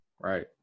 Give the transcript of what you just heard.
Right